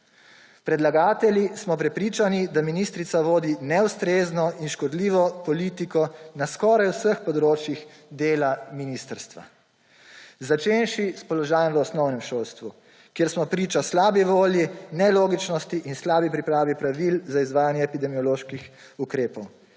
Predlagatelji smo prepričani, da ministrica vodi neustrezno in škodljivo politiko na skoraj vseh področjih dela ministrstva, začenši s položajem v osnovnem šolstvu, kjer smo priča slabi volji, nelogičnosti in slabi pripravi pravil za izvajanje epidemioloških ukrepov.